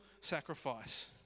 sacrifice